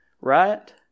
right